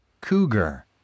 Cougar